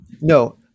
No